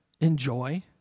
enjoy